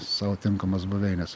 sau tinkamas buveines